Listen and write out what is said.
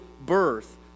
birth